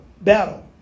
battle